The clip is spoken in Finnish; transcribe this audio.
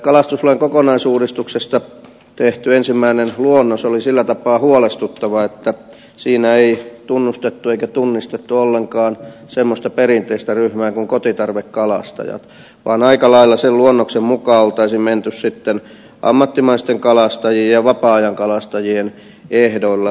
kalastuslain kokonaisuudistuksesta tehty ensimmäinen luonnos oli sillä tapaa huolestuttava että siinä ei tunnustettu eikä tunnistettu ollenkaan semmoista perinteistä ryhmää kuin kotitarvekalastajat vaan aika lailla sen luonnoksen mukaan olisi menty sitten ammattimaisten kalastajien ja vapaa ajankalastajien ehdoilla